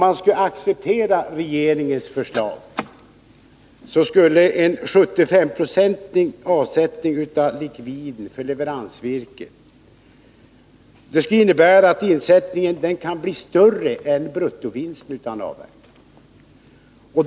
Accepterar man regeringens förslag skulle en 75-procentig avsättning av likviden för leveransvirket kunna innebära att insättningen blir större än bruttovinsten vid avverkningen.